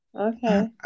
Okay